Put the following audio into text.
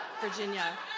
Virginia